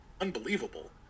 unbelievable